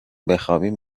بخوابیم